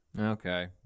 Okay